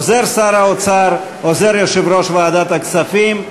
עוזר שר האוצר ועוזר יושב-ראש ועדת הכספים.